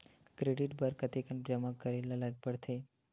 Credit बर कतेकन जमा करे ल पड़थे?